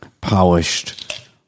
polished